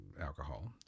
alcohol